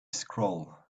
scroll